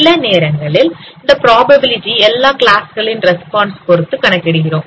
சில நேரங்களில் இந்த புரோபாபிலிடி எல்லா கிளாஸ்களின் ரெஸ்பான்ஸ் பொருத்து கணக்கிடுகிறோம்